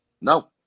No